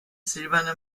silberne